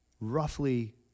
roughly